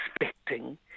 expecting